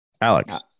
Alex